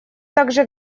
также